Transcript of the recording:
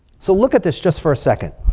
so look at this just for a second.